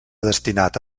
destinat